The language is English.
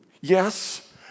Yes